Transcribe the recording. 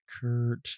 Kurt